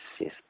yes